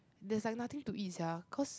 there's like nothing to eat sia cause